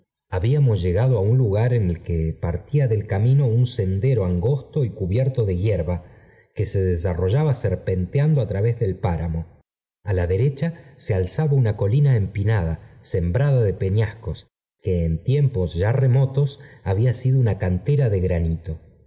habíamos llegado á un lugar en el que partía jtéi camino un sendero angosto y cubierto de hierba que se desarrollaba serpenteando á través del páramo a la derecha se alzaba una colina empié h da sembrada de peñascos que en tiempos ya plémotosi había sido una cantera de granito